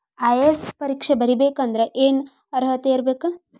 IAS ಪರೇಕ್ಷೆ ಬರಿಬೆಕಂದ್ರ ಏನ್ ಅರ್ಹತೆ ಇರ್ಬೇಕ?